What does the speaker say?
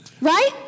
Right